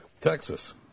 Texas